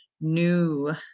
new